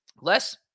Less